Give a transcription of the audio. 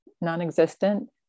non-existent